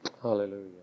Hallelujah